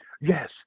Yes